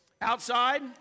outside